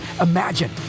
Imagine